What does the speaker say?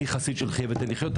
אני חסיד של חיה ותן לחיות,